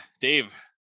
Dave